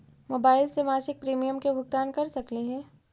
Mobile से मासिक premium के भुगतान कर सकली हे?